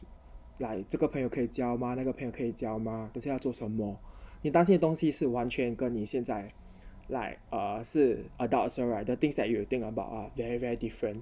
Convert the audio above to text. like 这个朋友可以交吗那个朋友可以交吗等下做什么你担心的东西是完全跟你现在 like uh 是 adults or rather things that you will think about are very very different